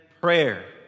prayer